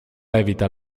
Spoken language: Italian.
evita